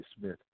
Smith